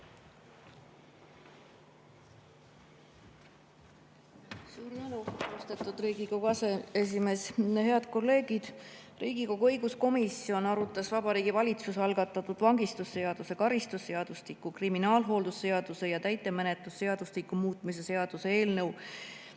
tänan! Austatud Riigikogu aseesimees! Head kolleegid! Riigikogu õiguskomisjon arutas Vabariigi Valitsuse algatatud vangistusseaduse, karistusseadustiku, kriminaalhooldusseaduse ja täitemenetluse seadustiku muutmise seaduse